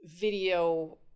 video